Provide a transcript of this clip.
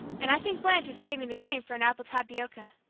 and i think blanche is saving the cream for an apple tapioca.